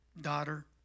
daughter